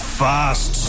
fast